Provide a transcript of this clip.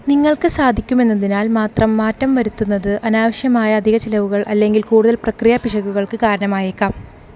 നിങ്ങൾക്ക് സാധിക്കുമെന്നതിനാൽ മാത്രം മാറ്റം വരുത്തുന്നത് അനാവശ്യമായ അധിക ചിലവുകൾ അല്ലെങ്കിൽ കൂടുതൽ പ്രക്രിയ പിശകുകൾക്ക് കാരണമായേക്കാം